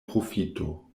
profito